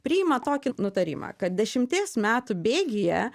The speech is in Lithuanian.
priima tokį nutarimą kad dešimties metų bėgyje